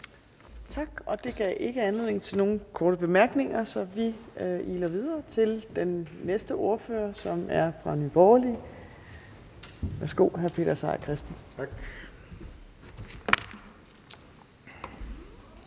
Torp): Det gav ikke anledning til nogen korte bemærkninger, så vi iler videre til den næste ordfører, som er fra Nye Borgerlige. Værsgo, hr. Peter Seier Christensen. Kl.